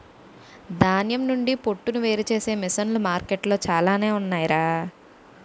ధాన్యం నుండి పొట్టును వేరుచేసే మిసన్లు మార్కెట్లో చాలానే ఉన్నాయ్ రా